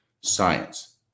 science